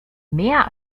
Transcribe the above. mehr